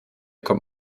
kommt